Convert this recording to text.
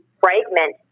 fragment